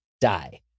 die